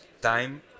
time